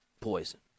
poison